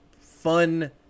fun